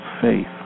faith